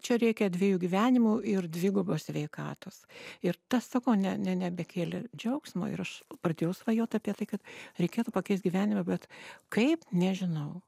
čia reikia dviejų gyvenimų ir dvigubo sveikatos ir tas sakau ne ne nebekėlė džiaugsmo ir aš pradėjau svajot apie tai kad reikėtų pakeist gyvenime bet kaip nežinau